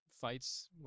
fights